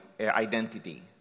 identity